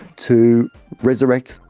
to resurrect,